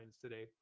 today